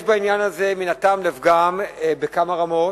יש בעניין הזה מן הטעם לפגם בכמה רמות.